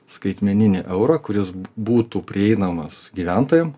skaitmeninį eurą kuris būtų prieinamas gyventojam